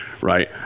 right